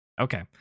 Okay